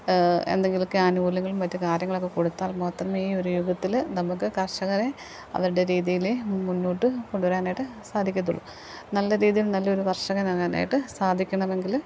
എന്തെങ്കിലൊക്കെ ആനുകൂലങ്ങളും മറ്റു കാര്യങ്ങളൊക്കെ കൊടുത്താൽ മാത്രമേ ഈ ഒരു യുഗത്തിൽ നമുക്ക് കർഷകരെ അവരുടെ രീതിയിൽ മുന്നോട്ട് കൊണ്ടു വരാനായിട്ട് സാധിക്കത്തുള്ളൂ നല്ല രീതിയിൽ നല്ലൊരു കർഷകനാകാനായിട്ട് സാധിക്കണമെങ്കിൽ